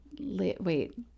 Wait